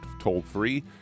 toll-free